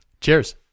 Cheers